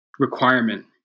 Requirement